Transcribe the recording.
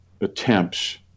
attempts